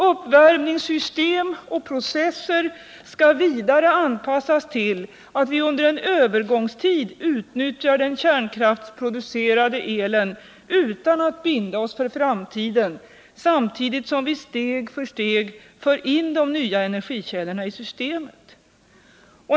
Uppvärmningssystem och processer skall vidare anpassas till att vi under en övergångstid utnyttjar den kärnkraftsproducerade elkraften utan att binda oss för framtiden samtidigt som vi steg för steg för in de nya energikällorna i systemet.